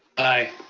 aye.